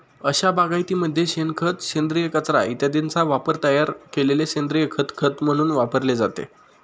अशा बागायतीमध्ये शेणखत, सेंद्रिय कचरा इत्यादींचा वापरून तयार केलेले सेंद्रिय खत खत म्हणून वापरले जाते